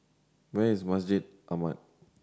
where is Masjid Ahmad